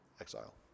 exile